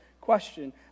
question